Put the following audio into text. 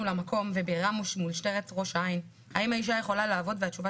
למקום וביררה מול משטרת ראש העין האם האישה יכולה לעבוד והתשובה